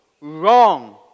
Wrong